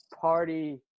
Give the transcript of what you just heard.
party